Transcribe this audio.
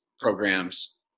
programs